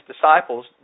disciples